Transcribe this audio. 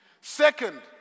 Second